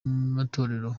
matorero